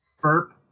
burp